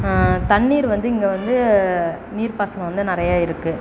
தண்ணீர் வந்து இங்கே வந்து நீர் பாசனம் வந்து நிறையா இருக்குது